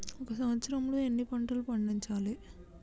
ఒక సంవత్సరంలో ఎన్ని పంటలు పండించాలే?